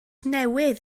newydd